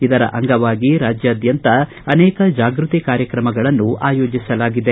ಇದರ ಅಂಗವಾಗಿ ರಾಜ್ಯಾದ್ಯಂತ ಅನೇಕ ಜಾಗೃತಿ ಕಾರ್ಯಕ್ರಮಗಳನ್ನು ಆಯೋಜಿಸಲಾಗಿದೆ